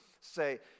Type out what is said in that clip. say